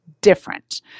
different